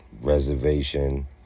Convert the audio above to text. reservation